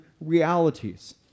realities